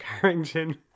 Carrington